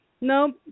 No